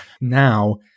now